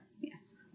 Yes